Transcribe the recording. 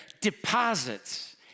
deposits